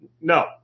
No